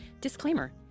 Disclaimer